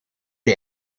die